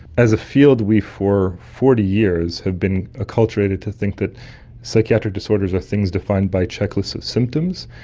as a field we for forty years have been acculturated to think that psychiatric disorders are things defined by checklists of symptoms,